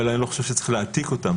אבל אני לא חושב שצריך להעתיק אותן.